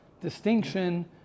distinction